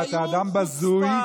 כי אתה אדם בזוי,